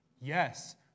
Yes